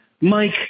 Mike